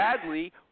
sadly